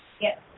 Yes